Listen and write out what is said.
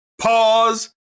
pause